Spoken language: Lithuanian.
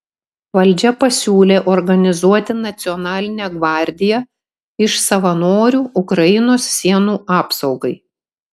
valdžia pasiūlė organizuoti nacionalinę gvardiją iš savanorių ukrainos sienų apsaugai